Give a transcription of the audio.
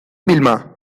vilma